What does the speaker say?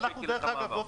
דרך אגב,